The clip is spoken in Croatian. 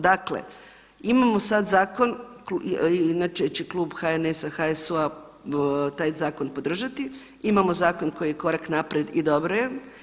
Dakle, imamo sad zakon, inače će klub HNS-a, HSU-a taj zakon podržati, imamo zakon koji je korak naprijed i dobro je.